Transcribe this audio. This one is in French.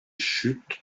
chutes